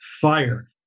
fire